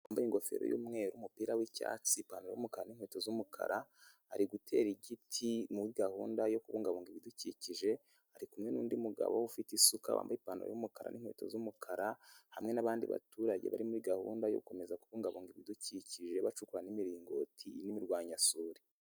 Wambaye ingofero y'umweru n'umupira w'icyatsi, ipantaro y'umukara n'inkweto z'umukara ari gutera igiti muri gahunda yo kubungabunga ibidukikije ari kumwe n'undi mugabo ufite isuka wambaye ipantaro y'umukara n'nkweto z'umukara hamwe nabandi baturage bari muri gahunda yo gukomeza kubungabunga ibidukikije bacukura n'imiringoti n'imirwanyasuri.